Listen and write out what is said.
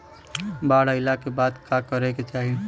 बाढ़ आइला के बाद का करे के चाही?